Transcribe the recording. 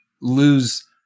lose